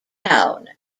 town